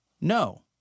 No